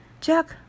Jack